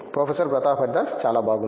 professor Pratap Haridas చాలా బాగుంది